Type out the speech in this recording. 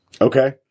Okay